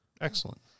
Excellent